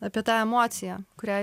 apie tą emociją kurią